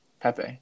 Pepe